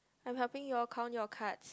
I am helping you all count your cards